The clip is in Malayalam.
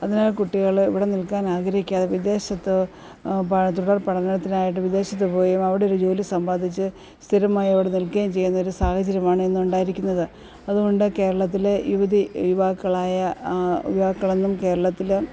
അതിനാല് കുട്ടികൾ ഇവിടെ നിൽക്കാൻ ആഗ്രഹിക്കാതെ വിദേശത്ത് പ തുടര്പഠനത്തിനായിട്ട് വിദേശത്തു പോയിയും അവിടെ ഒരു ജോലി സമ്പാദിച്ച് സ്ഥിരമായി അവിടെ നിൽക്കുകയും ചെയ്യുന്ന ഒരു സാഹചര്യമാണ് ഇന്ന് ഉണ്ടായിരിക്കുന്നത് അതുകൊണ്ട് കേരളത്തിലെ യുവതി യുവാക്കളായ യുവാക്കളെന്നും കേരളത്തിൽ